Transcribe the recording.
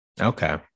Okay